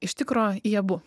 iš tikro į abu